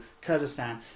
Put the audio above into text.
Kurdistan